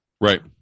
Right